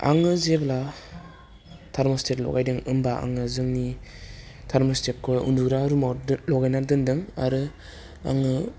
आङो जेब्ला टार्मस्टेट लगायदों होमबा आङो जोंनि टार्मस्टेटखौहाय उन्दुग्रा रुमाव दो लगायना दोन्दों आरो आङो